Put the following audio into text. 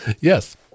Yes